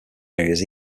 areas